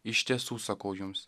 iš tiesų sakau jums